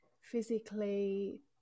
physically